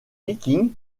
vikings